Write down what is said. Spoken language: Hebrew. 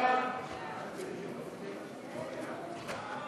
ההצעה להעביר את הצעת חוק מגבלות על חזרתו